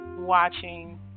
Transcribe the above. watching